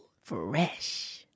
Fresh